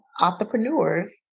entrepreneurs